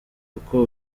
uko